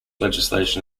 legislation